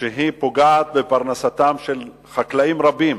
שפוגעת בפרנסתם של חקלאים רבים.